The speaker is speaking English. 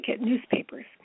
newspapers